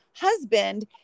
husband